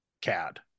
cad